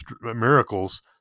miracles